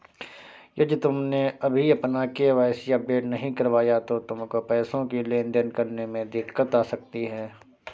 यदि तुमने अभी अपना के.वाई.सी अपडेट नहीं करवाया तो तुमको पैसों की लेन देन करने में दिक्कत आ सकती है